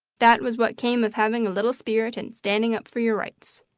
that was what came of having a little spirit and standing up for your rights.